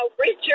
Richard